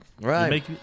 Right